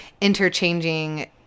interchanging